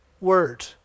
word